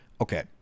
Okay